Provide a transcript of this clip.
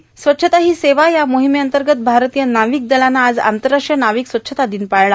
स्वच्छता हो सेवा या मोहमेअंतगत भारतीय नाावक दलानं आज आंतरराष्ट्रीय नार्ावक स्वच्छता र्दिवस पाळला